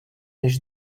než